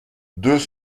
deux